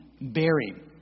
buried